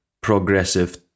progressive